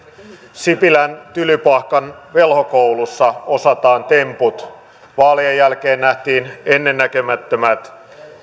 sipilän tylypahkan velhokoulussa osataan temput vaalien jälkeen nähtiin ennennäkemättömät